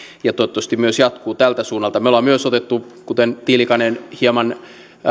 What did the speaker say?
ja toivottavasti myös jatkuu tältä suunnalta me olemme myös ottaneet kuten tiilikainen hieman